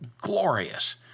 glorious